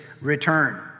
return